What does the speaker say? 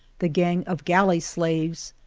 the gang of galley-slaves,